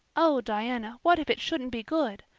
oh, diana, what if it shouldn't be good!